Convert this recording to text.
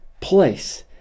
place